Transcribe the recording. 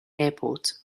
airport